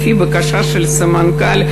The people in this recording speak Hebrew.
לפי הבקשה של הסמנכ"ל,